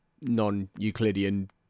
non-Euclidean